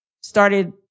started